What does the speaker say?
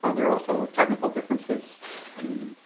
ah there's also technical differences in